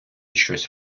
щось